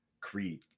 Creed